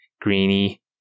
greeny